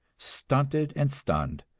stunted and stunned,